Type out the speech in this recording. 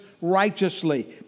righteously